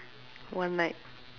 one night